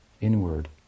inward